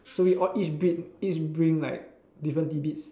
so we all each bring each bring like different tidbits